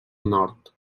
nord